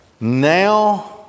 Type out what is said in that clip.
now